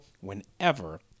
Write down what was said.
whenever